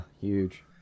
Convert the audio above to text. Huge